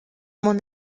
mon